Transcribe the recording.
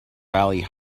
valley